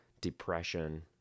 depression